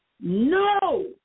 no